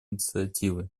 инициативы